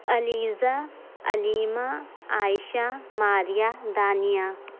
Alizeh Alima Ayesha Maria Dania